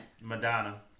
Madonna